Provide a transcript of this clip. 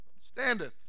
standeth